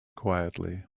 quietly